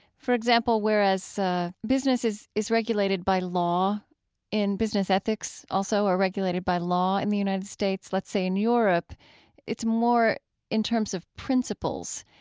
for example, whereas ah business is is regulated by law and business ethics also are regulated by law in the united states, let's say in europe it's more in terms of principles.